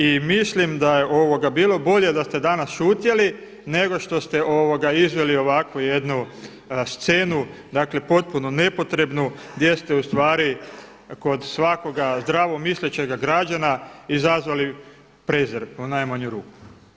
I mislim da je bilo bolje da ste danas šutjeli nego što ste izveli ovakvu jednu scenu dakle potpuno nepotrebnu gdje ste ustvari kod svakoga zdravo mislećega građana izazvali prezir u najmanju ruku.